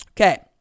Okay